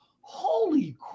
holy